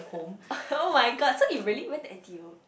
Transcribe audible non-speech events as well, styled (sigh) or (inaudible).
(laughs) [oh]-my-god so you really went to N_T_U